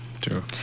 True